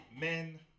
men